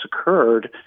occurred